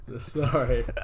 Sorry